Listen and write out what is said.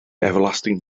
everlasting